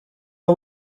aba